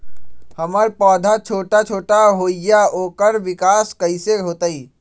हमर पौधा छोटा छोटा होईया ओकर विकास कईसे होतई?